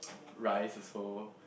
rice also